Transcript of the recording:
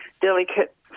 delicate